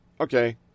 Okay